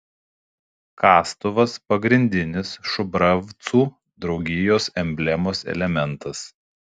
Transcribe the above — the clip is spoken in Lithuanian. kastuvas pagrindinis šubravcų draugijos emblemos elementas